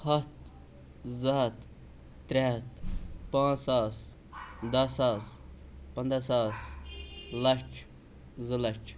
ہَتھ زٕ ہَتھ ترٛےٚ ہَتھ پانٛژھ ساس دَہ ساس پَنٛدہ ساس لَچھ زٕ لَچھ